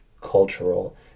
cultural